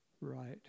Right